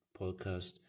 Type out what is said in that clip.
podcast